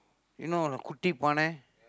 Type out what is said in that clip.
you know or not குட்டி பானை:kutdi paanai